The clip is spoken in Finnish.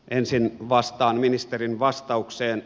ensin vastaan ministerin vastaukseen